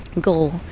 goal